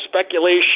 speculation